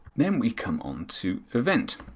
then, we come onto event.